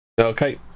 Okay